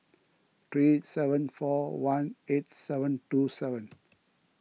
three seven four one eight seven two seven